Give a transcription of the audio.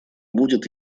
будет